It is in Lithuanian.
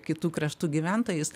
kitų kraštų gyventojais